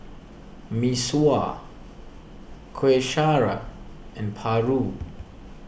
Mee Sua Kuih Syara and Paru